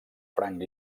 franc